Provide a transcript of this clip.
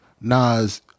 Nas